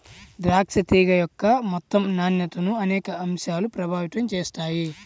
ద్రాక్ష తీగ యొక్క మొత్తం నాణ్యతను అనేక అంశాలు ప్రభావితం చేస్తాయి